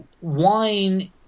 wine